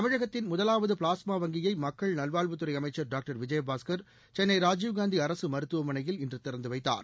தமிழகத்தின் முதலாவது பிளாஸ்மா வங்கியை மக்கள் நல்வாழ்வுத்துறை அமைச்சர் டாக்டர் விஜயபாஸ்கர் சென்னை ராஜீவ்காந்தி அரசு மருத்துவமனையில் இன்று திறந்து வைத்தார்